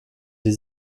die